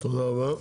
טוב, תודה רבה.